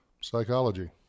psychology